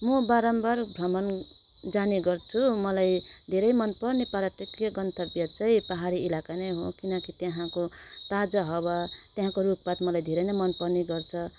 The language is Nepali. म बारम्बार भ्रमण जाने गर्छु मलाई धरै मनपर्ने पर्यटकिय गन्तव्य चाहिँ पाहाडी इलाका नै हो किनकि त्यहाँको ताजा हावा त्यहाँको रुखपात मलाई धेरै नै मनपर्ने गर्छ